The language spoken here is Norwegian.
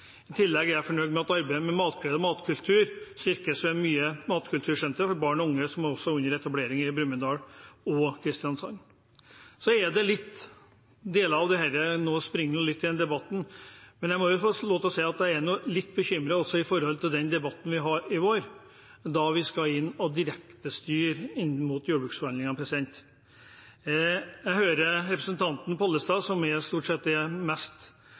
I tillegg er jeg fornøyd med at arbeidet med matglede og matkultur styrkes ved de nye matkultursentrene for barn og unge som er under etablering i Brumunddal og Kristiansand. Nå springer jeg litt i denne debatten, men jeg må få lov til å si at jeg er litt bekymret med tanke på den debatten vi hadde i vår, at vi skal inn og direktestyre inn mot jordbruksforhandlingene. Jeg hører at representanten Pollestad stort sett